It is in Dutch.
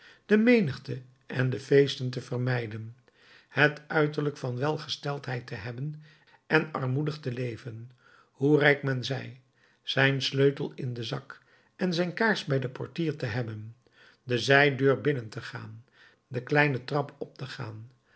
de menigte en de feesten te vermijden het uiterlijk van welgesteldheid te hebben en armoedig te leven hoe rijk men zij zijn sleutel in den zak en zijn kaars bij den portier te hebben de zijdeur binnen te gaan de kleine trap op te gaan al